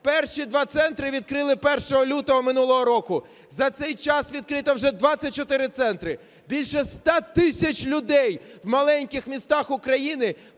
Перші два центри відкрили 1 лютого минулого року, за цей час відкрито вже 24 центри. Більше 100 тисяч людей в маленьких містах України